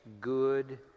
good